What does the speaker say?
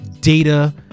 data